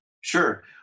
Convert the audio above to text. sure